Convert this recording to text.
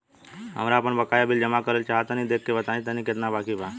हमरा आपन बाकया बिल जमा करल चाह तनि देखऽ के बा ताई केतना बाकि बा?